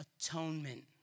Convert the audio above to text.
atonement